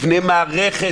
תבנה מערכת.